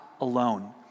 alone